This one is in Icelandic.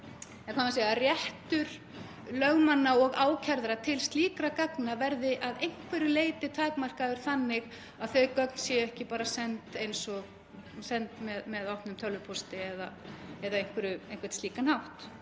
að koma því að að réttur lögmanna og ákærðra til slíkra gagna verði að einhverju leyti takmarkaður þannig að þau gögn séu ekki bara send með opnum tölvupósti eða á einhvern slíkan hátt.